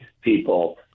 people